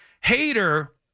hater